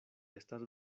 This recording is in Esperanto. estas